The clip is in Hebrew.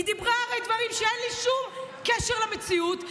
הרי היא דיברה דברים שאין להם שום קשר למציאות,